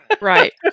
Right